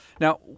Now